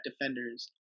defenders